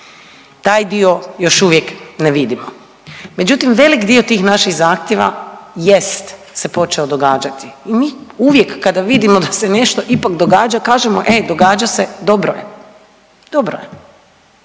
Taj dio još uvijek ne vidimo. Međutim, velik dio tih naših zahtjeva jest se počeo događati i mi uvijek kada vidimo da se nešto ipak događa kažemo e doga se dobro je, dobro je